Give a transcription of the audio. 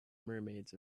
mermaids